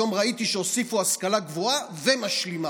היום ראיתי שהוסיפו: השכלה גבוהה, ומשלימה.